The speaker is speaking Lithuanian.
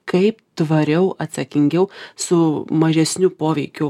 kaip tvariau atsakingiau su mažesniu poveikiu